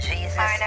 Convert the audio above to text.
Jesus